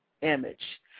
image